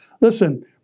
listen